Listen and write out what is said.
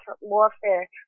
warfare